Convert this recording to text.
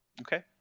Okay